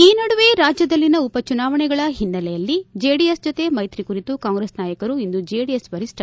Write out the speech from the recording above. ಈ ನಡುವೆ ರಾಜ್ಯದಲ್ಲಿನ ಉಪಚುನಾವಣೆಗಳ ಹಿನ್ನೆಲೆಯಲ್ಲಿ ಜೆಡಿಎಸ್ ಜೊತೆ ಮೈತ್ರಿ ಕುರಿತು ಕಾಂಗ್ರೆಸ್ ನಾಯಕರು ಇಂದು ಜೆಡಿಎಸ್ ವರಿಷ್ಠ